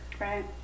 Right